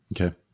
Okay